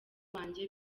wanjye